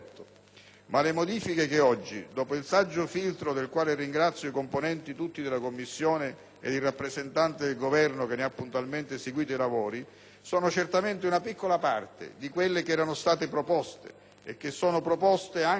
le modifiche proposte, dopo il saggio filtro del quale ringrazio i componenti tutti della Commissione ed il rappresentante del Governo che ne ha puntualmente seguito i lavori, sono certamente una piccola parte di quelle che erano state presentate e di quelle contenute